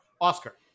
Oscar